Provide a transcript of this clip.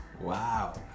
Wow